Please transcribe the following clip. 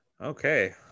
Okay